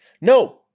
No